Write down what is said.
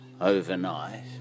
Overnight